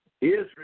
Israel